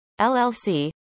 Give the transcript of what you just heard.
LLC